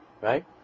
Right